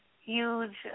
huge